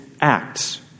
acts